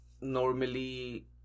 normally